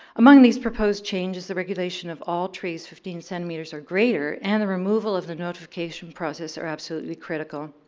among these proposed changes, the regulation of all trees fifteen centimetres or greater and the removal of the notification process are absolutely critical.